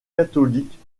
catholiques